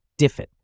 DIFFIT